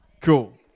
Cool